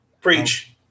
Preach